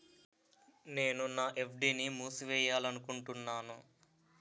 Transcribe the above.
నేను నా ఎఫ్.డి ని మూసివేయాలనుకుంటున్నాను